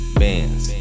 bands